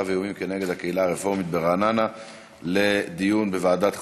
ואיומים כנגד הקהילה הרפורמית ברעננה לדיון בוועדת החוקה.